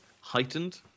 heightened